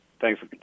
Thanks